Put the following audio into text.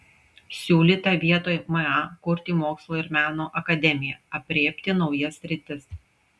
siūlyta vietoj ma kurti mokslo ir meno akademiją aprėpti naujas sritis